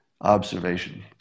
observation